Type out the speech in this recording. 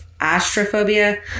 astrophobia